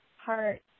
heart